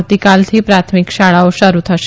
આવતીકાલથી પ્રાથમિકશાળાઓ શરૂ થશે